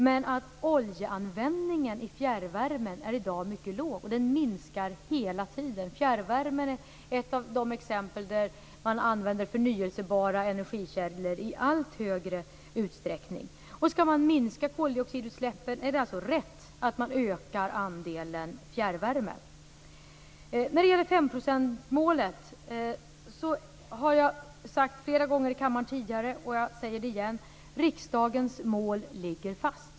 Men oljeanvändningen i fjärrvärmen är i dag mycket liten, och den minskar hela tiden. Fjärrvärme är ett av de exempel där man använder förnyelsebara energikällor i allt större utsträckning. Skall man minska koldioxidutsläppen är det alltså rätt att öka andelen fjärrvärme. När det gäller femprocentsmålet har jag flera gånger i kammaren tidigare sagt, och jag säger det igen: Riksdagens mål ligger fast.